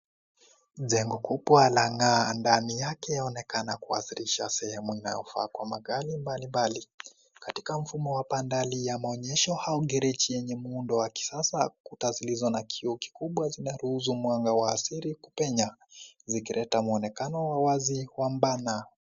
Jengo kubwa langaa ndani yake onekana kuadhirisha sehemu inayofaa kwa magari mbalimbali, katika mfumo wa bandali ya maonyesho au gereji yenye muundo wa kisasa kuta zilizo na kioo kikubwa zinaruhusu mwanga wa asili kupenya zikileta mwonekano wa wazi wambana.